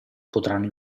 potranno